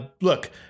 Look